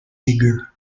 bigger